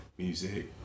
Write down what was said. Music